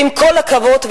שעם כל הכבוד,